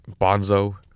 Bonzo